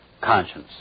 conscience